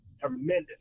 tremendous